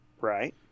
Right